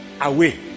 away